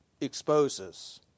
exposes